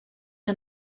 que